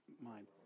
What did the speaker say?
mind